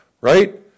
Right